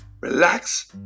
relax